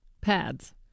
pads